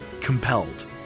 Compelled